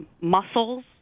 muscles